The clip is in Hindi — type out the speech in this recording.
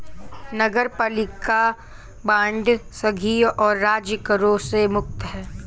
नगरपालिका बांड संघीय और राज्य करों से मुक्त हैं